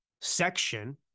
section